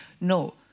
No